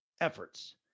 efforts